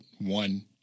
one